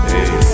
Hey